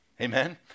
Amen